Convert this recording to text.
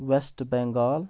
West Bengal